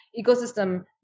ecosystem